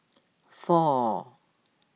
four